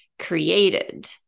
created